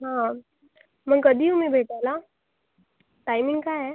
हा मग कधी येऊ मी भेटायला टायमिंग काय आहे